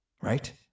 right